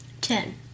Ten